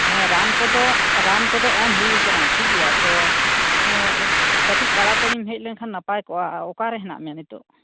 ᱦᱮᱸ ᱨᱟᱱ ᱠᱚᱫᱚ ᱨᱟᱱ ᱠᱚᱫᱚ ᱮᱢ ᱦᱩᱭᱟᱠᱟᱱᱟ ᱴᱷᱤᱠ ᱜᱮᱭᱟ ᱛᱳ ᱠᱟᱹᱴᱤᱡ ᱛᱟᱲᱟ ᱛᱟᱹᱲᱤᱢ ᱦᱮᱡ ᱞᱮᱱᱠᱷᱟᱱ ᱱᱟᱯᱟᱭ ᱠᱚᱜᱼᱟ ᱚᱠᱟᱨᱮ ᱦᱮᱱᱟᱜ ᱢᱮᱭᱟ ᱱᱤᱛᱳᱜ